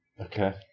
Okay